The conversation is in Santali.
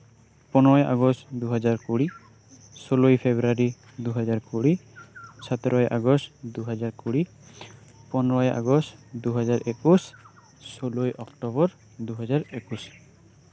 ᱯᱚᱱᱮᱨᱳᱭ ᱟᱜᱚᱥᱴ ᱫᱩ ᱦᱟᱡᱟᱨ ᱠᱩᱲᱤ ᱥᱳᱞᱳᱭ ᱯᱷᱮᱵᱽᱨᱩᱣᱟᱨᱤ ᱫᱩ ᱦᱟᱡᱟᱨ ᱠᱩᱲᱤ ᱥᱚᱛᱮᱨᱳᱭ ᱟᱜᱚᱥᱴ ᱫᱩ ᱦᱟᱡᱟᱨ ᱠᱩᱲᱤ ᱯᱚᱱᱮᱨᱳᱭ ᱟᱜᱚᱥᱴ ᱫᱩ ᱦᱟᱡᱟᱨ ᱮᱠᱩᱥ ᱥᱳᱞᱳᱭ ᱚᱠᱴᱳᱵᱚᱨ ᱫᱩ ᱦᱟᱡᱟᱨ ᱮᱠᱩᱥ